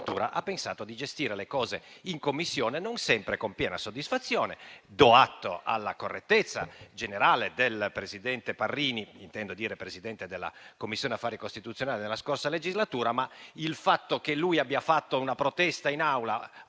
ha pensato di gestire le cose in Commissione non sempre con piena soddisfazione. Do atto della correttezza generale del senatore Parrini, Presidente della Commissione affari costituzionali nella scorsa legislatura, ma il fatto che abbia fatto una protesta in Aula